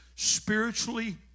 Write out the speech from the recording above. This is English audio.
Spiritually